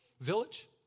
village